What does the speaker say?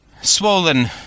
swollen